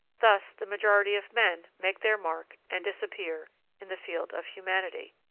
thus the majority of men make their mark and disappear in the field of humanity.